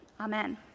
Amen